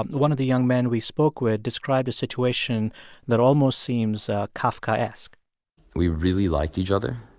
um one of the young men we spoke with described a situation that almost seems kafkaesque we really liked each other,